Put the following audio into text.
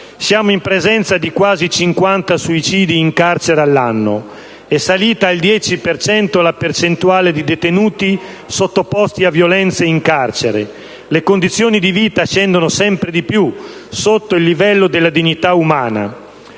siamo in presenza di quasi 50 suicidi in carcere all'anno. È salita al 10 per cento la percentuale di detenuti sottoposti a violenze in carcere. Le condizioni di vita scendono sempre di più sotto il livello della dignità umana.